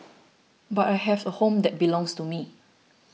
but I have a home that belongs to me